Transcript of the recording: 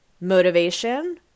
motivation